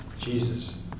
Jesus